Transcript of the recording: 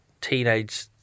teenage